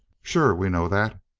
sure, we know that.